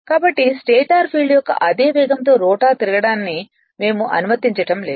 కాబట్టి stator field యొక్క అదే వేగంతో రోటర్ తిరగడాన్ని మేము అనుమతించడం లేదు